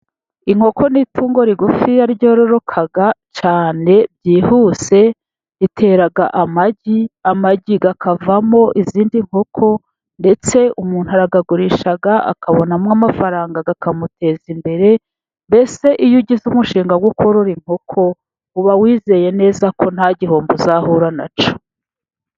Inkoko n'itungo rigufi ryororoka cyane byihuse ritera amagi. Amagi akavamo izindi nkoko ndetse umuntu arayagurisha akabonamo amafaranga akamuteza imbere mbese iyo ugize umushinga wo korora inkoko uba wizeye neza ko nta gihombo uzahura nacyo.